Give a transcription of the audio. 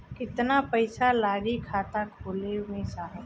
कितना पइसा लागि खाता खोले में साहब?